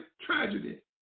tragedy